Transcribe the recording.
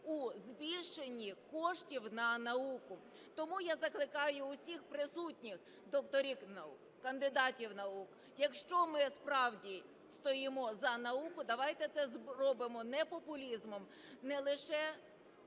у збільшенні коштів на науку. Тому я закликаю усіх присутніх докторів наук, кандидатів наук, якщо ми справді стоїмо за науку, давайте це зробимо не популізмом, не лише